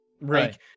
Right